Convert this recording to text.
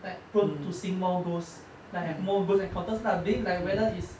like prone to seeing more ghosts like have more ghost encounters lah be it like whether it's